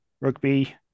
rugby